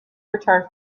returned